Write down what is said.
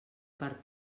per